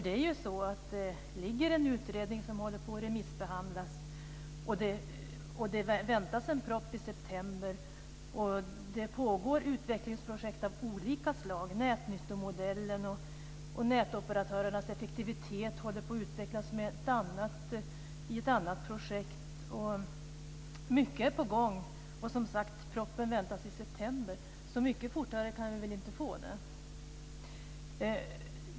En utredning håller på att remissbehandlas, en proposition väntas i september, och det pågår utvecklingsprojekt av olika slag. Nätnyttomodellen och nätoperatörernas effektivitet håller på att utvecklas i ett annat projekt. Mycket är på gång. Och, som sagt, propositionen väntas i september. Så mycket fortare kan vi väl inte få den.